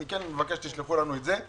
אני כן מבקש שתשלחו לנו את זה,